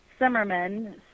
Simmerman